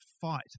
fight